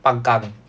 pang kang